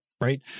right